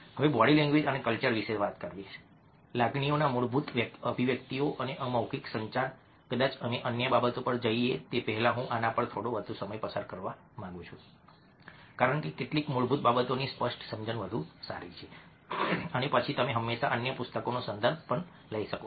હવે body language અને culture વિશે વાત કરવી લાગણીઓના મૂળભૂત અભિવ્યક્તિઓ અને અમૌખિક સંચાર કદાચ અમે અન્ય બાબતો પર જઈએ તે પહેલાં હું આના પર થોડો વધુ સમય પસાર કરવા માંગુ છું કારણ કે કેટલીક મૂળભૂત બાબતોની સ્પષ્ટ સમજણ વધુ સારી છે અને પછી તમે હંમેશા અન્ય પુસ્તકોનો સંદર્ભ લઈ શકો છો